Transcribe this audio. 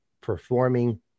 performing